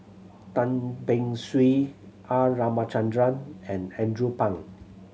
Tan Beng Swee R Ramachandran and Andrew Phang